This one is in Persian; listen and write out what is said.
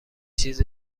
چیز